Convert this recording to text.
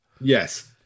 yes